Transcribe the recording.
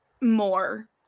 more